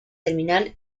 terminal